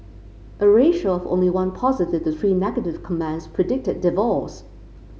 a ratio of only one positive to three negative comments predicted divorce